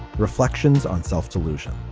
reflections on self-delusion.